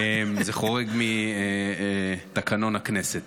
זה חורג מתקנון הכנסת.